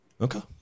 Okay